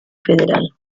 federal